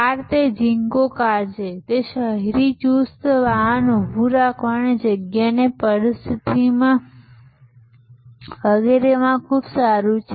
કારતે એક Zingo car છે તે શહેરી ચુસ્ત વાહન ઉભું રાખવાની જગ્યાની પરિસ્થિતિ વગેરેમાં ખૂબ સારી છે